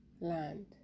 land